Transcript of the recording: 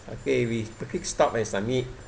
okay we click stop and submit